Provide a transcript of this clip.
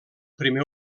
primer